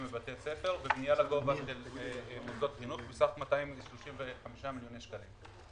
בבתי הספר ובנייה לגובה של מוסדות חינוך בסך 235 מיליוני שקלים.